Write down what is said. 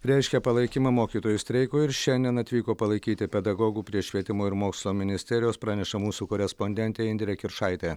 reiškia palaikymą mokytojų streikui ir šiandien atvyko palaikyti pedagogų prie švietimo ir mokslo ministerijos praneša mūsų korespondentė indrė kiršaitė